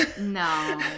No